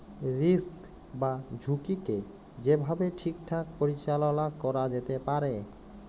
risk বা ঝুঁকিকে যে ভাবে ঠিকঠাক পরিচাললা ক্যরা যেতে পারে